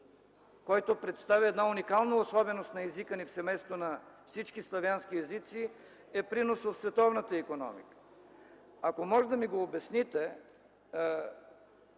който представя една уникална особеност на езика ни в семейството на всички славянски езици е принос в световната икономика. Ако можете да ми го обясните,